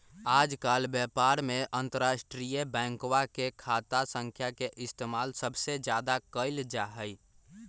आजकल व्यापार में अंतर्राष्ट्रीय बैंकवा के खाता संख्या के इस्तेमाल सबसे ज्यादा कइल जाहई